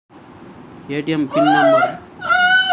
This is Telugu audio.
ఏ.టీ.ఎం పిన్ నెంబర్ అందరికి ఎందుకు తెలియకుండా ఉండాలి?